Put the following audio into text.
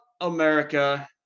America